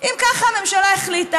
אם כך הממשלה החליטה,